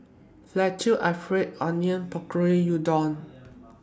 Fettuccine Alfredo Onion Pakora Udon